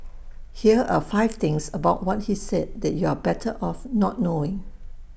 here are five things about what he said that you're better off not knowing